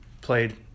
played